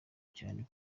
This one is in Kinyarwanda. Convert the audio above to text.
cyane